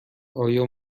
آیا